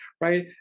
right